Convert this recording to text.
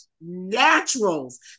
naturals